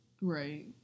Right